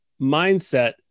mindset